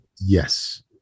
Yes